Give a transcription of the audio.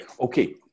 okay